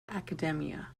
academia